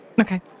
Okay